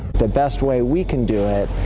the best way we can do it.